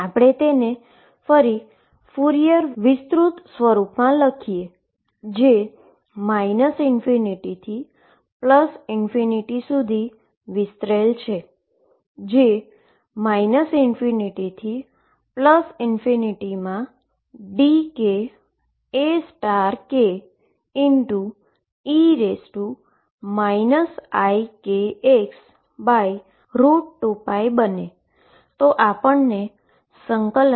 આપણે તેને ફરી ફ્યુરિયર વિસ્તૃત સ્વરૂપમાં લખીએ જે ∞ થી ∞ સુધી વિસ્તરેલ